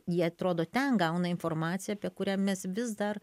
jie atrodo ten gauna informaciją apie kurią mes vis dar